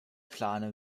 plane